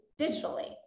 digitally